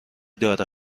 داره